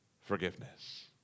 forgiveness